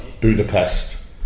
Budapest